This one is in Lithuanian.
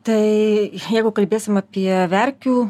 tai jeigu kalbėsim apie verkių